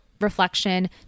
reflection